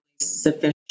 sufficient